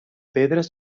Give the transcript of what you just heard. pedres